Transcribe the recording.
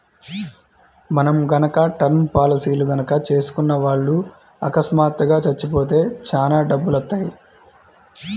మనం గనక టర్మ్ పాలసీలు గనక చేసుకున్న వాళ్ళు అకస్మాత్తుగా చచ్చిపోతే చానా డబ్బులొత్తయ్యి